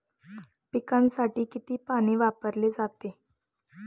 पिकांसाठी किती पाणी वापरले जाते?